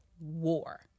war